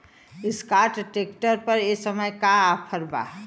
Escort tractor पर ए समय का ऑफ़र बा?